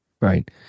Right